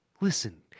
Listen